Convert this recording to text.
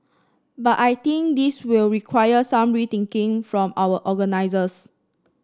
but I think this will require some rethinking from our organisers